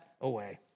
away